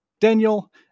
Daniel